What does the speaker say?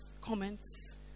comments